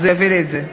אז הוא יביא לי את זה.